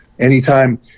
Anytime